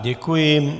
Děkuji.